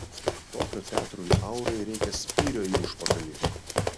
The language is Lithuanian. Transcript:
šokio teatrui aurai reikia spyrio į užpakalį